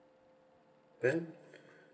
then